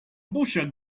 butcher